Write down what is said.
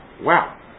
wow